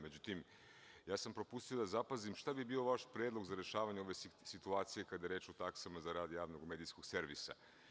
Međutim, ja sam propustio da zapazim šta bi bio vaš predlog za rešavanje ove situacije kada je reč o taksama za rad javnog medijskog servisa.